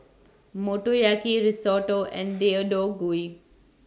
Motoyaki Risotto and Deodeok Gui